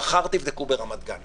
מחר תבדקו ברמת גן.